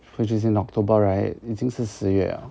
which is in october right 已经是十月了